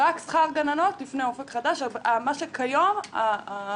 רק שכר גננות לפני "אופק חדש", מה שכיום הליקויים